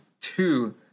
two